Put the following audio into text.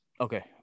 okay